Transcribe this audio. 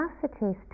capacities